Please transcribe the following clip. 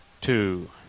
two